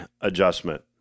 adjustment